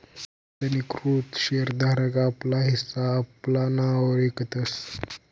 नोंदणीकृत शेर धारक आपला हिस्सा आपला नाववर इकतस